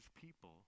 people